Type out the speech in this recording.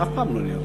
אף פעם לא ניהלו